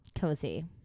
Cozy